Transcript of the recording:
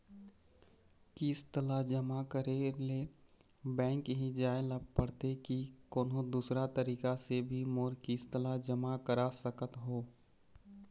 किस्त ला जमा करे ले बैंक ही जाए ला पड़ते कि कोन्हो दूसरा तरीका से भी मोर किस्त ला जमा करा सकत हो?